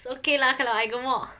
it's okay lah kalau I gemuk